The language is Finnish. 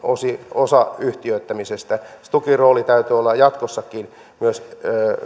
osayhtiöittämisestä stukin roolin täytyy olla jatkossakin myös